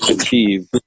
achieve